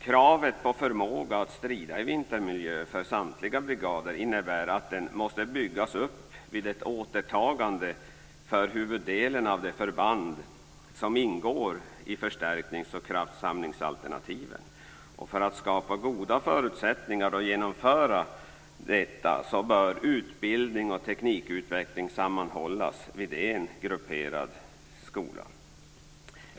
Kravet på förmåga att strida i vintermiljö för samtliga brigader innebär att den måste byggas upp vid ett återtagande för huvuddelen av det förband som ingår i förstärknings och kraftsamlingsalternativen. För att skapa goda förutsättningar för att genomföra detta bör utbildning och teknikutveckling hållas samman vid en grupperad skola.